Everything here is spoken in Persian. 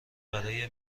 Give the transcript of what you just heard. برای